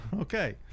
Okay